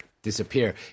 Disappear